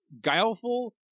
guileful